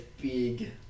big